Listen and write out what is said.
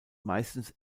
meistens